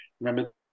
remember